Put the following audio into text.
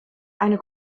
eine